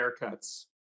haircuts